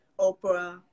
Oprah